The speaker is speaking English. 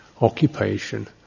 occupation